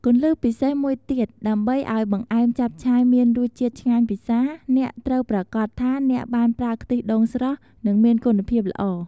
គន្លឹះពិសេសមួយទៀត ដើម្បីឱ្យបង្អែមចាប់ឆាយមានរសជាតិឆ្ងាញ់ពិសា អ្នកត្រូវប្រាកដថាអ្នកបានប្រើខ្ទិះដូងស្រស់ និងមានគុណភាពល្អ។